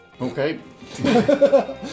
Okay